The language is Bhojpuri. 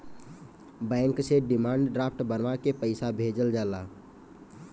बैंक से डिमांड ड्राफ्ट बनवा के पईसा भेजल जाला